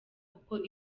kuko